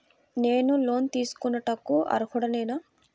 నేను లోన్ తీసుకొనుటకు అర్హుడనేన?